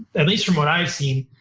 at least from what i've seen,